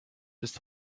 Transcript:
bis